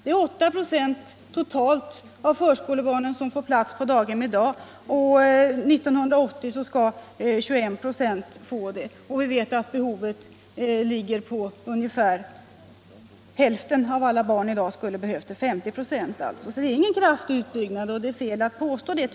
I dag får totalt 8 2 av förskolebarnen plats på daghem, och 1980 skall 21 96 få det. Vi vet att behovet i dag motsvarar ungefär 50 96 av det totala antalet barn. Det är alltså ingen kraftig utbyggnad, och jag tycker att det är fel att påstå det.